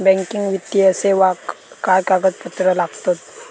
Banking वित्तीय सेवाक काय कागदपत्र लागतत?